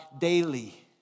daily